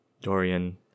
Dorian